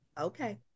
Okay